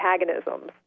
antagonisms